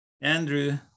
Andrew